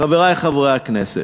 חברי חברי הכנסת,